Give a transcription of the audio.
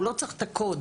הוא לא צריך את הקוד,